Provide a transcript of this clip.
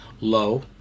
low